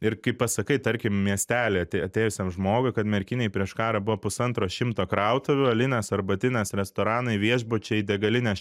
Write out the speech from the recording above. ir kai pasakai tarkim miestelį atėjusiam žmogui kad merkinėj prieš karą buvo pusantro šimto krautuvių alinės arbatinės restoranai viešbučiai degalinės